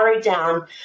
down